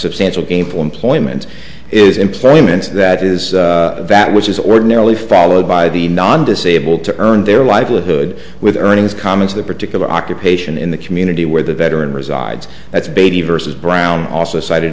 substantial gainful employment is employment that is that which is ordinarily followed by the non disabled to earn their livelihood with earnings comics the particular occupation in the community where the veteran resides that's baby versus brown also cited